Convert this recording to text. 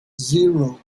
zero